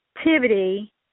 activity